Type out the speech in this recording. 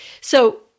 So-